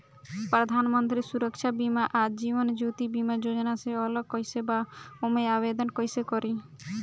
प्रधानमंत्री सुरक्षा बीमा आ जीवन ज्योति बीमा योजना से अलग कईसे बा ओमे आवदेन कईसे करी?